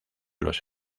los